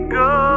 go